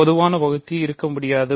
பொதுவான வகுத்தி இருக்க முடியாது